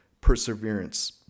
perseverance